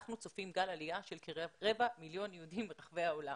אנחנו צופים גל עלייה של כרבע מיליון יהודים ברחבי העולם,